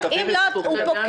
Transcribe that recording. אם לא תאשרו אז הוא פוקע,